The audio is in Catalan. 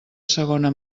segona